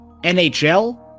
nhl